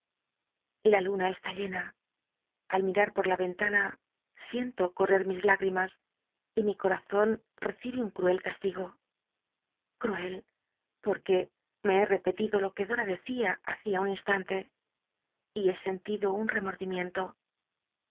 a luna est í llena al mirar por la en lana siento cottet mis l ígrimas y mi corazon recibe un cruel castigo cruel potque me he repelido lo que dora decía hacia un instante y he sentido un rcmordi